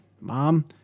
mom